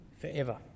forever